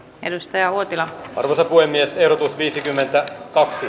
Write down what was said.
edustaja uotila on valkoinen rotu viisikymmentä kaksi